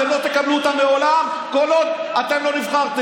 אתם לא תקבלו אותה לעולם, כל עוד לא נבחרתם.